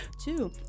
Two